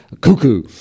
cuckoo